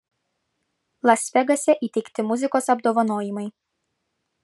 las vegase įteikti muzikos apdovanojimai